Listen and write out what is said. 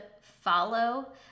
follow